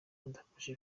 adafashe